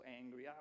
angry